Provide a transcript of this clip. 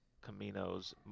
Camino's